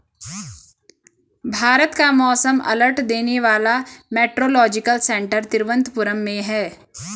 भारत का मौसम अलर्ट देने वाला मेट्रोलॉजिकल सेंटर तिरुवंतपुरम में है